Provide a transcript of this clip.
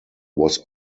was